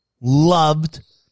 loved